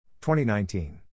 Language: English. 2019